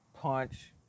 punch